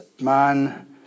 man